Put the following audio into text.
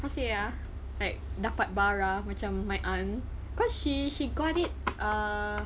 how say ah like dapat barah macam my aunt cause she she got it err